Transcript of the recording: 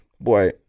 Boy